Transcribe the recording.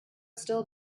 still